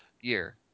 Year